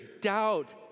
doubt